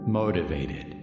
motivated